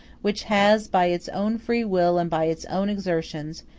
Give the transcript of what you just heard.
which has, by its own free will and by its own exertions,